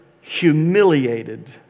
humiliated